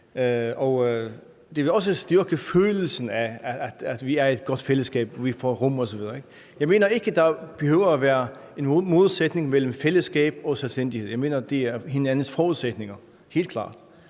det vil også styrke følelsen af, at vi er et godt fællesskab, vi får rum osv. Jeg mener ikke, der behøver være nogen modsætning mellem fællesskab og selvstændighed – jeg mener, de er hinandens forudsætninger, helt klart.